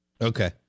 Okay